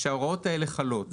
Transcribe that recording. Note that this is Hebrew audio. שההוראות האלה חלות.